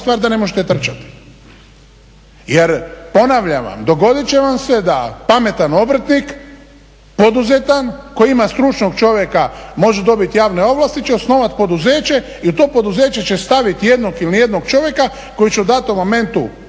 da ne možete trčati. Jer ponavljam vam, dogodit će vam se da pametan obrtnik, poduzetan koji ima stručnog čovjeka može dobiti javne ovlasti će osnovati poduzeće i u to poduzeće će staviti jednog ili ni jednog čovjeka koji će u datom momentu